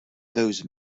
those